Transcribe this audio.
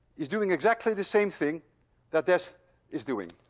is doing exactly the same thing that this is doing.